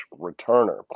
returner